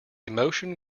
emotion